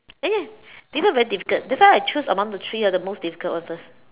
ah ya this one very difficult that's why I choose among the three ah the most difficult one first